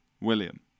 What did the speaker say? William